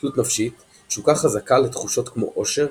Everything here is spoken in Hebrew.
תלות נפשית – תשוקה חזקה לתחושות כמו אושר,